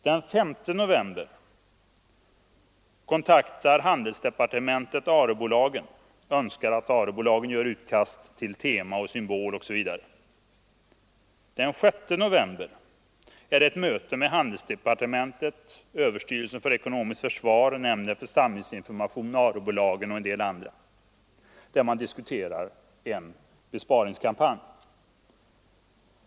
Den 5 november kontaktar handelsdepartementet ARE-bolagen och önskar att man där gör utkast till tema, symbol osv. Den 6 november anordnas ett möte mellan handelsdepartementet, överstyrelsen för ekonomiskt försvar, nämnden för samhällsinformation, ARE-bolagen och en del andra, där man diskuterar en besparingskampanj.